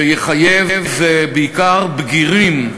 שיחייב בעיקר בגירים,